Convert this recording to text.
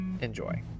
Enjoy